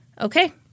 okay